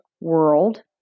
world